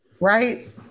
right